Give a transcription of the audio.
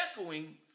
echoing